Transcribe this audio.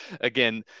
again